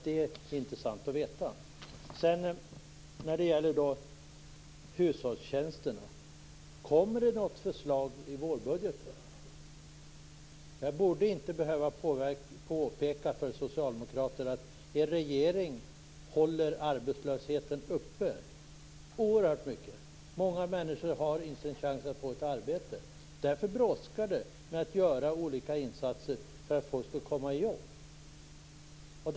Det vore intressant att veta. Kommer det något förslag om hushållstjänster i vårbudgeten? Jag borde inte behöva påpeka för socialdemokrater att deras regering håller arbetslösheten uppe oerhört mycket. Många människor har inte en chans att få ett arbete. Därför brådskar det med att göra olika insatser för att folk skall kunna komma i jobb.